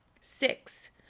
Six